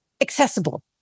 accessible